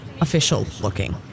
official-looking